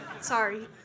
Sorry